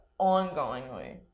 ongoingly